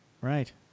Right